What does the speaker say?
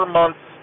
months